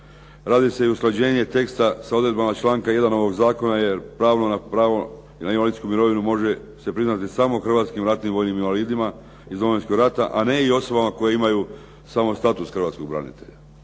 Radi se i usklađenje teksta sa odredbama članka 1. ovoga zakona jer pravo na invalidsku mirovinu može se priznati samo hrvatskim ratnim vojnim invalidima iz Domovinskog rata, a ne i osobama koje imaju samo status hrvatskog branitelja.